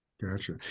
Gotcha